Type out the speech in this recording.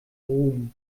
ruhm